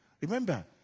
Remember